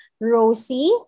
Rosie